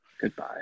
Goodbye